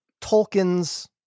Tolkien's